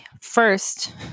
first